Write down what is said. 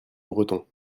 breton